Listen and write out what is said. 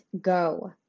go